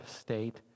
state